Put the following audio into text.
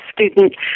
student